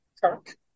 Kirk